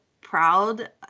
proud